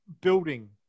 building